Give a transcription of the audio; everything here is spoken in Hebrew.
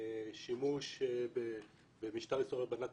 אתה פעם ניסית להיות במקום רן כדי לראות שזה אותו דבר וזה פשוט?